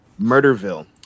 Murderville